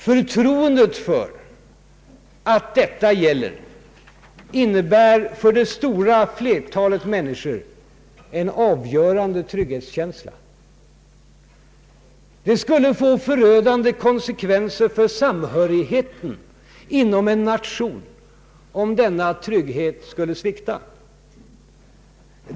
Förtroendet för att detta gäller innebär för det stora flertalet människor en avgörande trygghetskänsla. Det skulle få förödande konsekvenser för samhörigheten inom en nation om denna trygghet skulle svikta.